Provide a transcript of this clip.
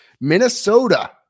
Minnesota